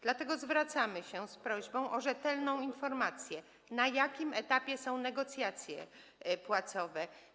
Dlatego zwracamy się z prośbą o rzetelną informację, na jakim etapie są negocjacje płacowe.